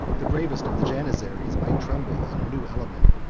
the bravest of the janizaries might tremble on a new element.